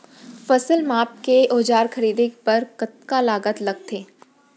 फसल मापके के औज़ार खरीदे बर कतका लागत लगथे?